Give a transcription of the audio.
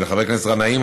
ולחבר הכנסת גנאים,